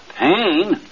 Pain